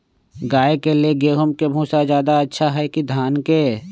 गाय के ले गेंहू के भूसा ज्यादा अच्छा होई की धान के?